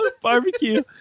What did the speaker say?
Barbecue